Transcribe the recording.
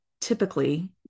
typically